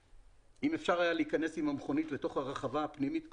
ואם אפשר היה להיכנס עם המכונית לתוך הרחבה הפנימית של בית הספר,